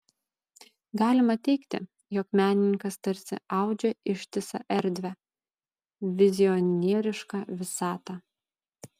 galima teigti jog menininkas tarsi audžia ištisą erdvę vizionierišką visatą